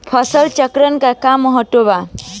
फसल चक्रण क का महत्त्व बा?